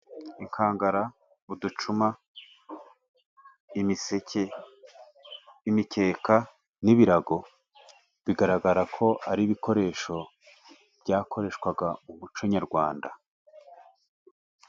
Inkangara, uducuma, imiseke, imikeka n'ibirago, bigaragarako ari ibikoresho byakoreshwaga muco nyarwanda.